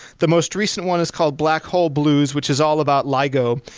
the most recent one is called black hole blues which is all about ligo,